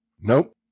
Nope